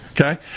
Okay